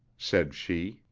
said she,